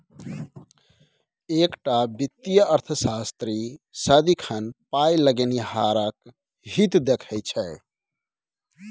एकटा वित्तीय अर्थशास्त्री सदिखन पाय लगेनिहारक हित देखैत छै